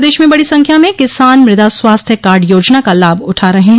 प्रदेश में बड़ी संख्या में किसान मृदास्वास्थ्य कार्ड योजना का लाभ उठा रहे हैं